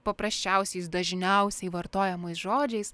paprasčiausiais dažniausiai vartojamais žodžiais